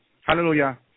hallelujah